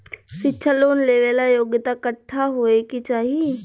शिक्षा लोन लेवेला योग्यता कट्ठा होए के चाहीं?